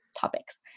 topics